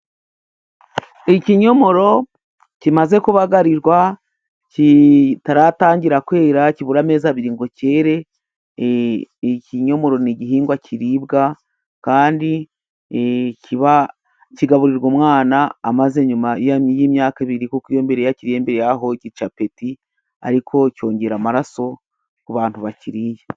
Ikinyomoro kimaze kubagarirwa kitaratangira kwera, kibura amezi abiri ngo cyere. Ikinyomoro ni igihingwa kiribwa kandi kigaburirwa umwana amaze nyuma y'imyaka ibiri, kuko iyo mbere yakiriye mbere y'aho cyica apeti, ariko cyongera amaraso ku bantu bakiriye.